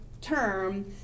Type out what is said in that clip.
term